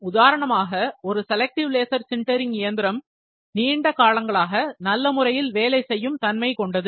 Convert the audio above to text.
உதாரணமாக ஒரு selective laser sintering இயந்திரம் நீண்ட காலங்களாக நல்ல முறையில் வேலை செய்யும் தன்மை கொண்டது